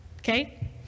Okay